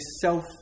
self